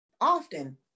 often